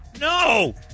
No